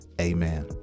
Amen